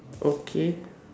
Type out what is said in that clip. okay